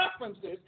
references